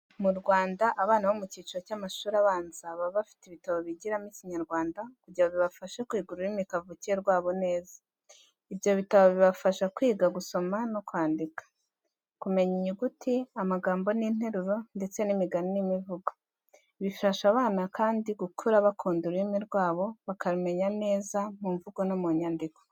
Mu Rwanda abana bo mu cyiciro cy'amashuri abanza baba bafite ibitabo bigiramo Ikinyarwanda, kugira ngo bibafashe kwiga ururimi kavukire rwabo neza. Ibyo bitabo bibafasha kwiga gusoma no kwandika, kumenya inyuguti, amagambo n'interuro, ndetse n'imigani n'imivugo. Bifasha abana kandi gukura bakunda ururimi rwabo, bakarumenya neza mu mvugo no mu nyandiko.